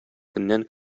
көннән